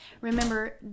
Remember